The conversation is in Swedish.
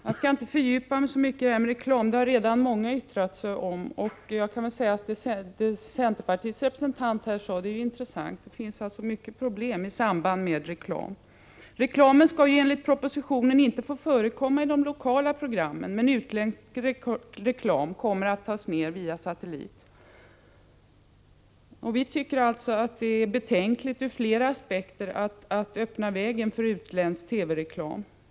Jag skall inte fördjupa mig i ämnet reklam — det är redan flera som har yttrat sig i denna fråga. Det som centerpartiets representant här sade var intressant. Det finns många problem i samband med reklam. Reklam skall enligt propositionen inte få förekomma i de lokala programmen, men utländsk reklam kommer att tas ner via satellit. Vi tycker att det ur flera aspekter är betänkligt att man banar väg för utländsk TV-reklam.